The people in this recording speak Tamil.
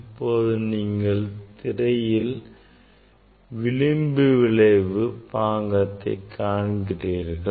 இப்போது இந்த திரையில் நீங்கள் விளிம்பு விளைவு பாங்கம் காண்கிறீர்கள்